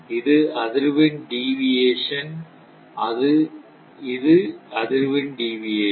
இது அதிர்வெண் டீவியேஷன்